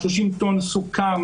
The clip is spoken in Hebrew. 30 טון סוכר,